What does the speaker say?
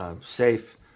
safe